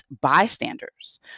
bystanders